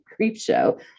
Creepshow